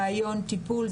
ראיון טיפול.